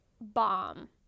bomb